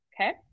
Okay